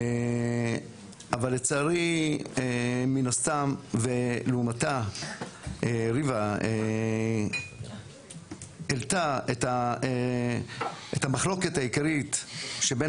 אבל לצערי מן הסתם ולעומתה ריבה העלתה את המחלוקת העיקרית שבין